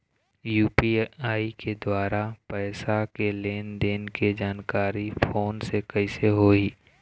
UPI के द्वारा पैसा के लेन देन के जानकारी फोन से कइसे होही?